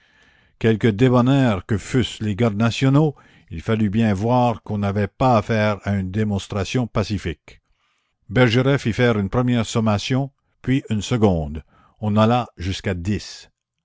quelque débonnaires que fussent les gardes nationaux il fallut bien voir qu'on n'avait pas affaire à une démonstration pacifique la commune bergeret fit faire une première sommation puis une seconde on alla jusqu'à dix